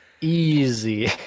Easy